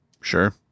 Sure